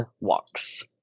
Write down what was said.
walks